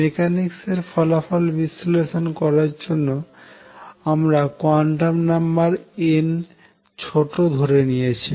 mechanics এর ফলাফল বিশ্লেষণ করার জন্য আমরা কোয়ান্টাম নাম্বার n ছোট ধরে নিয়েছি